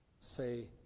say